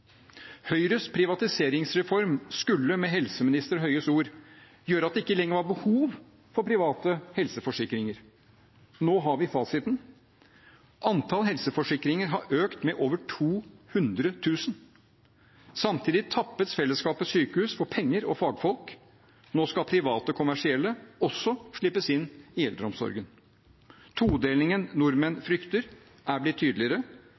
Høyres privatiseringsreform skulle med helseminister Høies ord gjøre at det ikke lenger var behov for private helseforsikringer. Nå har vi fasiten: Antall helseforsikringer har økt med over 200 000. Samtidig tappes fellesskapets sykehus for penger og fagfolk. Nå skal private kommersielle også slippes inn i eldreomsorgen. Todelingen nordmenn frykter, er blitt tydeligere.